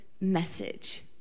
message